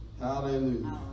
hallelujah